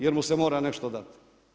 Jer mu se mora nešto dati.